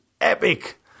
epic